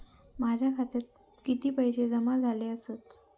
माझ्या खात्यात किती पैसे जमा झाले आसत?